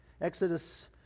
Exodus